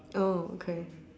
oh okay